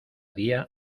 día